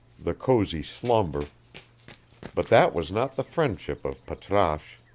the cosey slumber but that was not the friendship of patrasche.